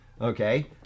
okay